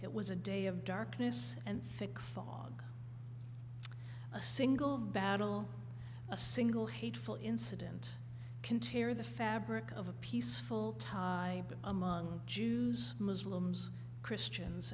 it was a day of darkness and thick fog a single battle a single hateful incident can tear the fabric of a peaceful tie among jews muslims christians